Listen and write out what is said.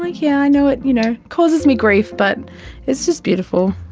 like, yeah, i know, it you know causes me grief but it's just beautiful,